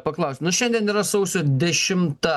paklaust nu šiandien yra sausio dešimta